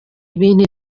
ibintu